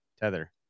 tether